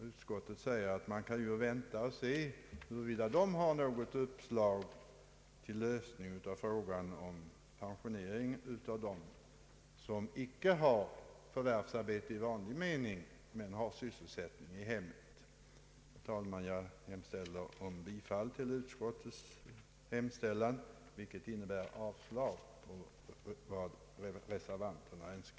Utskottet säger att man bör vänta och se huruvida kommittén kan ha något uppslag till lösning av problemet med pensionering av dem som icke har förvärvsarbete i vanlig mening men som har vårduppgifter i hemmet. Herr talman! Jag hemställer om bifall till utskottets förslag, vilket innebär ett avstyrkande av reservanternas yrkande.